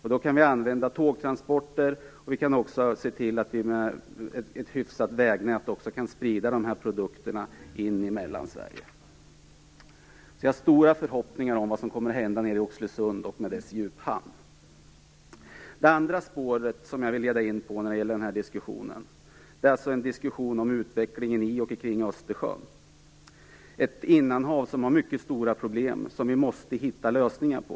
Vi kan för detta använda tågtransporter, och ett hyfsat vägnät kan möjliggöra spridning av produkterna in i Mellansverige. Vi har stora förhoppningar på vad som kan hända med Oxelösund och dess djuphamn. Det andra spår som jag vill följa i den här diskussionen gäller utvecklingen i och kring Östersjön, ett innanhav med mycket stora problem som vi måste hitta lösningar på.